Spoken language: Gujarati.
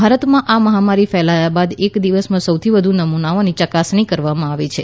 ભારતમાં આ મહામારી ફેલાયા બાદ એક દિવસમાં સૌથી વધુ નમૂનાઓની ચકાસણી કરવામાં આવી છે